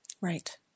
Right